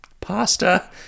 pasta